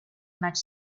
much